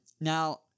Now